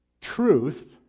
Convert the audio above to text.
Truth